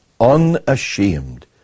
unashamed